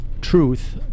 truth